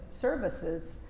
services